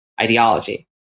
ideology